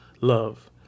love